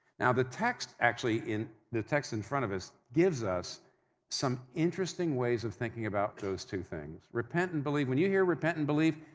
now, the text actually, the text in front of us, gives us some interesting ways of thinking about those two things, repent and believe. when you hear, repent and believe,